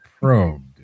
probed